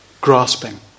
grasping